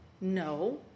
no